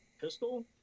pistol